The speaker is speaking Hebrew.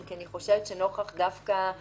אם כי אני לא חושבת שיש צורך בזה נוכח זה